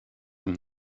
him